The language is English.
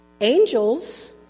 Angels